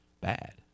bad